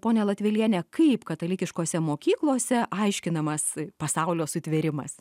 ponia latveliene kaip katalikiškose mokyklose aiškinamas pasaulio sutvėrimas